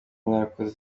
mwarakoze